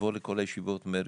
נבוא לכל הישיבות, מרגי,